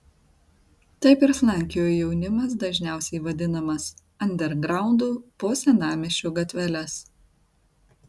taip ir slankiojo jaunimas dažniausiai vadinamas andergraundu po senamiesčio gatveles